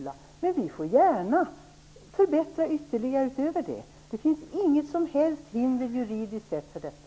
Men vi kan gärna förbättra ytterligare. Det finns inget juridiskt hinder för detta.